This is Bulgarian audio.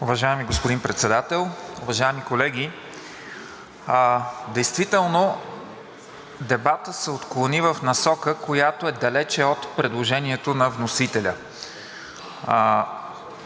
Уважаеми господин Председател, уважаеми колеги! Действително дебатът се отклони в насока, която е далеч от предложението на вносителя.